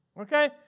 Okay